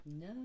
No